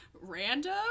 random